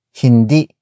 hindi